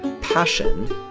passion